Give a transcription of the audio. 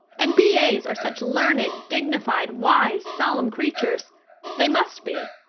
and b a s are such learned, dignified, wise, solemn creatures they must be.